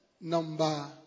number